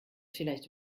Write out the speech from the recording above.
vielleicht